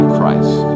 Christ